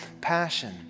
Passion